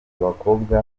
abakobwa